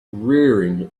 rearing